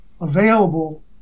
available